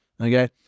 okay